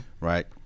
Right